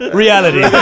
reality